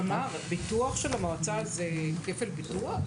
תמר, ביטוח של המועצה זה כפל ביטוחי?